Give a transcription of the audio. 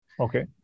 Okay